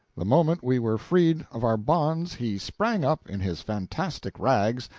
the moment we were freed of our bonds he sprang up, in his fantastic rags,